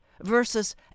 versus